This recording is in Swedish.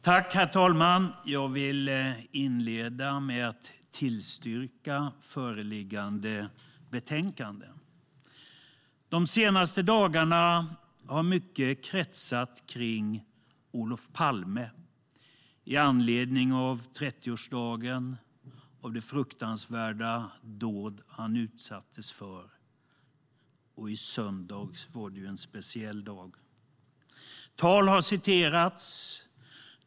Herr talman! Jag vill inleda med att tillstyrka utskottets förslag i betänkandet.De senaste dagarna har mycket kretsat kring Olof Palme i anledning av 30-årsdagen av det fruktansvärda dåd han utsattes för. I söndags var det en speciell dag. Tal har citerats.